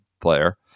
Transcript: player